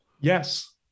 yes